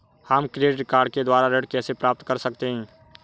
हम credit card के द्वारा ऋण कैसे प्राप्त कर सकते हैं?